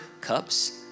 cups